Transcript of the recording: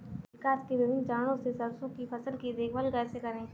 विकास के विभिन्न चरणों में सरसों की फसल की देखभाल कैसे करें?